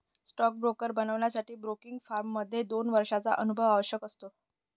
stock broker बनण्यासाठी broking firm मध्ये दोन वर्षांचा अनुभव आवश्यक असतो